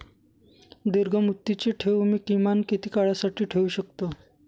दीर्घमुदतीचे ठेव मी किमान किती काळासाठी ठेवू शकतो?